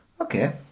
Okay